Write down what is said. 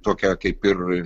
tokia kaip ir